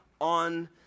on